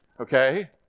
Okay